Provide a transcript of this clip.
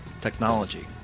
technology